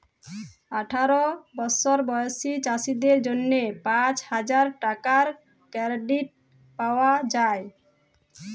আঠার বসর বয়েসী চাষীদের জ্যনহে পাঁচ হাজার টাকার কেরডিট পাউয়া যায়